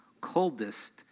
coldest